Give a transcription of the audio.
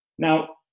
Now